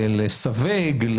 לסווג,